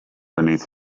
beneath